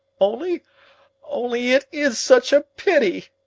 only only it is such a pity!